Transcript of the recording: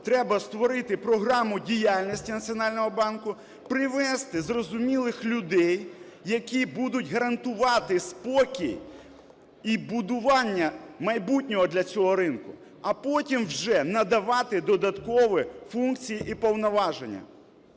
треба створити програму діяльності Національного банку, привести зрозумілих людей, які будуть гарантувати спокій і будування майбутнього для цього ринку, а потім вже надавати додаткові функції і повноваження.